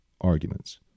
arguments